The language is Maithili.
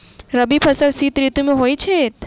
रबी फसल शीत ऋतु मे होए छैथ?